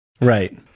Right